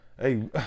Hey